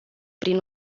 prin